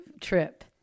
trip